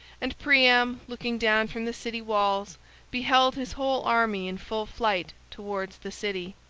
and priam looking down from the city walls beheld his whole army in full flight towards the city.